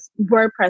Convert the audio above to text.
WordPress